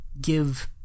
give